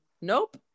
nope